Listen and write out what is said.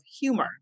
humor